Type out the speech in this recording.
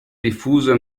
diffusa